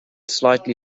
slightly